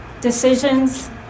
decisions